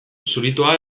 zuritoa